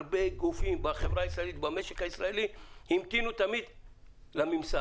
הרבה גופים בחברה הישראלית ובמשק הישראלי המתינו תמיד לממסד.